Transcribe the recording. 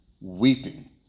weeping